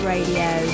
Radio